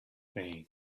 day